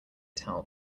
towel